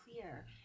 clear